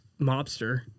mobster